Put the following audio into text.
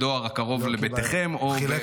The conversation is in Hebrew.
לא, לא קיבלנו.